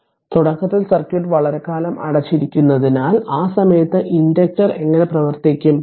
അതിനാൽ തുടക്കത്തിൽ സർക്യൂട്ട് വളരെക്കാലം അടച്ചിരുന്നതിനാൽ ആ സമയത്ത് ഇൻഡക്റ്റർ എങ്ങനെ പ്രവർത്തിക്കും